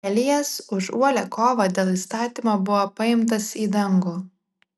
elijas už uolią kovą dėl įstatymo buvo paimtas į dangų